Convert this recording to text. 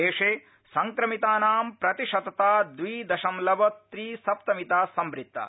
देशे संक्रमितानां प्रतिशतता द्वि दशमलव त्रि सप्तमिता संवृत्ता